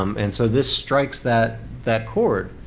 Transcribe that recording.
um and so this strikes that that chord.